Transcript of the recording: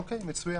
מצוין.